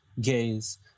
gaze